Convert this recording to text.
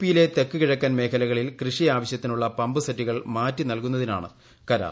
പിയിലെ തെക്ക് കിഴക്കൻ മേഖലകളിൽ കൃഷിയാവശ്യത്തിനുള്ള പമ്പുസെറ്റുകൾ മാറ്റി നൽകുന്നതിനാണ് കരാർ